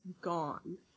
gone